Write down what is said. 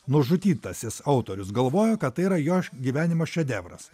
nužudytasis autorius galvojo kad tai yra jos gyvenimo šedevras